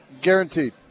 Guaranteed